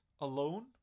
alone